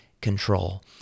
control